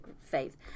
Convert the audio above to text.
faith